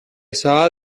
saw